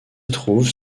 trouvent